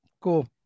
cool